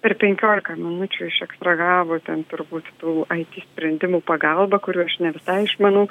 per penkiolika minučių išekstragavo ten turbūt tų it sprendimų pagalba kurių aš ne visai išmanau